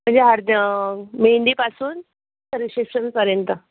मेंदीपासून ते रिशेप्शनपर्यंत